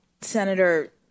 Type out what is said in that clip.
Senator